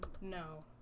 no